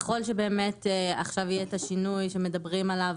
ככל שבאמת עכשיו יהיה את השינוי שמדברים עליו